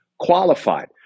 Qualified